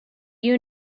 you